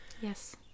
yes